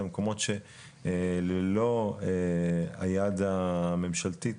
אלא במקומות שהם ללא היד הממשלתית